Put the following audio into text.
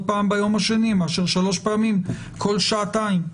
פעם ביום השני מאשר שלוש פעמים כל שעתיים.